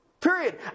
Period